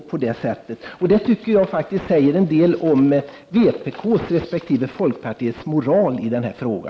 Det tycker jag säger en del om vpk-s resp. folkpartiets moral i denna fråga.